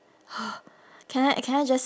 can I can I just